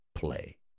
play